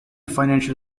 financial